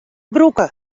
brûke